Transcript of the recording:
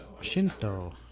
Shinto